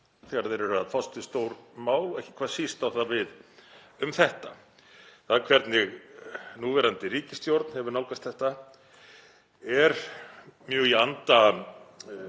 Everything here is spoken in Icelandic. þegar þeir eru að fást við stór mál og ekki hvað síst á það við um þetta. Það hvernig núverandi ríkisstjórn hefur nálgast þetta er mjög í anda